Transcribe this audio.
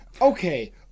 Okay